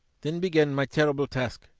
then began my terrible task,